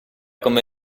come